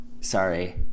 sorry